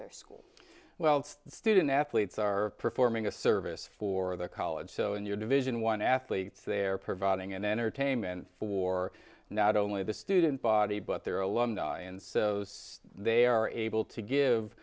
their school well student athletes are performing a service for their college so in your division one athletes they're providing an entertainment for not only the student body but their alumni and so they are able to give